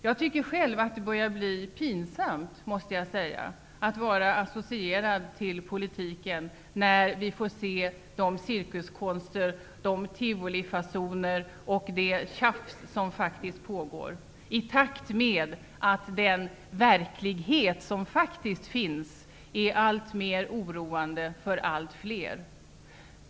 Jag tycker själv att det börjar bli pinsamt -- det måste jag säga -- att vara associerad till politiken, när vi får se de cirkuskonster, de tivolifasoner och det tjafs som pågår i takt med att den verklighet som faktiskt finns blir alltmer oroande för allt fler.